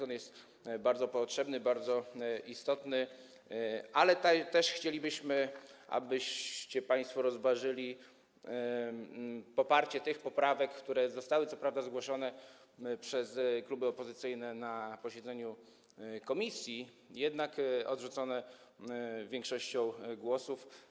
On jest bardzo potrzebny, bardzo istotny, ale też chcielibyśmy, abyście państwo rozważyli poparcie tych poprawek, które co prawda były zgłoszone przez kluby opozycyjne na posiedzeniu komisji, jednak zostały odrzucone większością głosów.